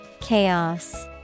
Chaos